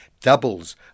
doubles